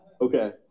Okay